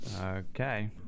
Okay